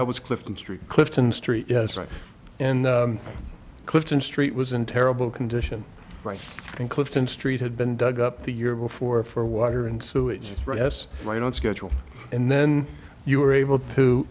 recall was clifton street clifton street yes i'm in clifton street was in terrible condition right in clifton street had been dug up the year before for water and sewage yes right on schedule and then you were able to